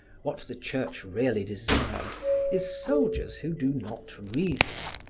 what the church really desires is soldiers who do not reason,